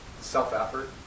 self-effort